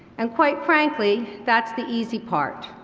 and quite frankly, that's the easy part.